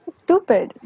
stupid